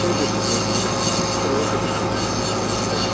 சரி சிஸ்டர் சரி சிஸ்டர் சரி ஓகே சிஸ்டர் ஓகே ஓகே